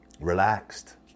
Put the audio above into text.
Relaxed